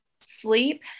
Sleep